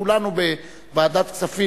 כולנו בוועדת כספים,